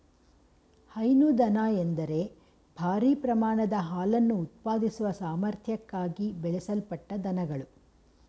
ಹೈನು ದನ ಎಂದರೆ ಭಾರೀ ಪ್ರಮಾಣದ ಹಾಲನ್ನು ಉತ್ಪಾದಿಸುವ ಸಾಮರ್ಥ್ಯಕ್ಕಾಗಿ ಬೆಳೆಸಲ್ಪಟ್ಟ ದನಗಳು